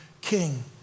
king